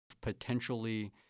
potentially